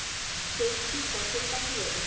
চৈতি ফসল কাকে বলে?